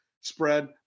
spread